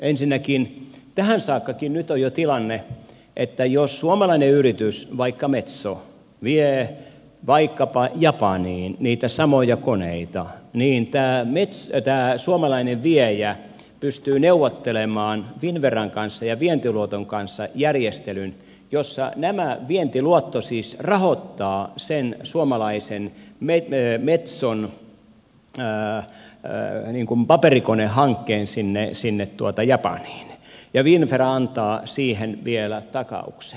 ensinnäkin tähänkin saakka nyt on jo tilanne että jos suomalainen yritys vaikka metso vie vaikkapa japaniin niitä samoja koneita niin tämä suomalainen viejä pystyy neuvottelemaan finnveran ja vientiluoton kanssa järjestelyn jossa vientiluotto rahoittaa sen suomalaisen metson paperikonehankkeen sinne japaniin ja finnvera antaa siihen vielä takauksen